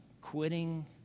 quitting